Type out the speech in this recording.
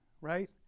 Right